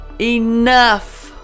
enough